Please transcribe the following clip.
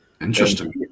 Interesting